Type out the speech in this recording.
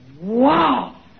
Wow